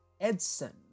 Edson